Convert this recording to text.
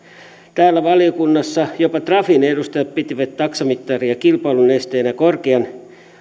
täällä valiokunnassa jopa trafin edustajat pitivät taksamittaria kilpailun esteenä korkean